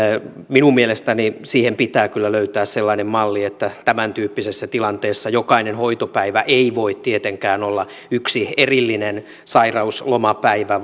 minun mielestäni siihen pitää kyllä löytää sellainen malli että tämäntyyppisessä tilanteessa jokainen hoitopäivä ei voi tietenkään olla yksi erillinen sairauslomapäivä